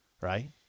right